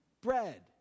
bread